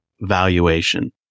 valuation